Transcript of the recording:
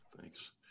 Thanks